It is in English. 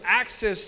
access